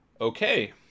okay